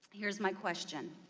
here is my question.